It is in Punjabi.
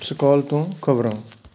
ਸਕੋਲ ਤੋਂ ਖ਼ਬਰਾਂ